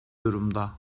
durumda